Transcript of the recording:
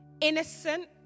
innocent